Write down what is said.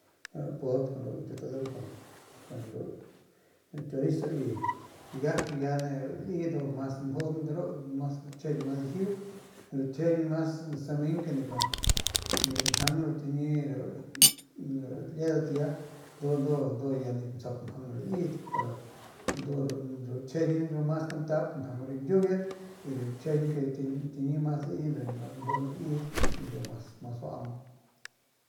Pujudp ru ñkiulalung kun ru chorizo y y ya rudat liedat ndu mas njuun de mas chjijiñ mas dijiu ru chjijiñ mas sameng ke nip njaung ru chiñi rudat liedatya ndu ndu ya nip tsjaup mjang ru liyet pero ru chjijiñ mas kantap njaung ru ñyiuuyet ru chjijiñ ru chiñi lami ndujuy mas njuun ru liyet y ndu mas baau.